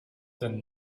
ten